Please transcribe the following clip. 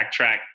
backtrack